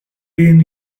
been